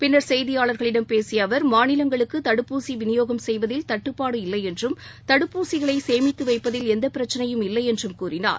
பின்னர் செய்தியாளர்களிடம் பேசிய அவர் மாநிலங்களுக்கு தடுப்பூசி விநியோகம் செய்வதில் தட்டுப்பாடு இல்லையென்றும் தடுப்பூசிகளை சேமித்து வைப்பதில் எந்தப் பிரச்னையும் இல்லையென்றும் கூறினார்